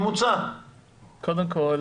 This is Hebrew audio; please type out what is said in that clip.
קודם כל,